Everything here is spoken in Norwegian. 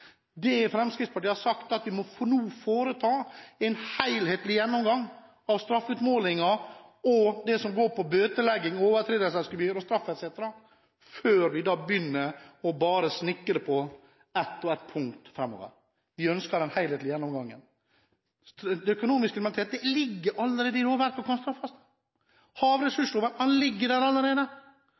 Fremskrittspartiet har sagt, er at vi nå må foreta en helhetlig gjennomgang av straffeutmålingen og det som går på bøtelegging og overtredelsesgebyr og straff etc. før vi begynner å snekre på ett og ett punkt framover. Vi ønsker en helhetlig gjennomgang. Økonomisk kriminalitet ligger allerede i lovverket og kan straffes. Havressursloven ligger der allerede.